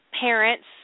parents